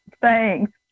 Thanks